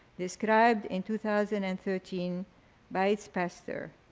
described in two thousand and thirteen by its pastor,